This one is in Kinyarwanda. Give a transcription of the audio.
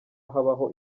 habaho